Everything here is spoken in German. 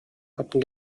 hatten